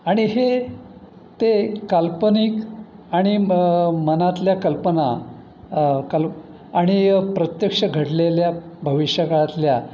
आणि हे ते काल्पनिक आणि म मनातल्या कल्पना कल् आणि प्रत्यक्ष घडलेल्या भविष्यकाळातल्या